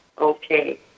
Okay